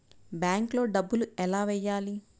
బ్యాంక్లో డబ్బులు ఎలా వెయ్యాలి?